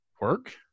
work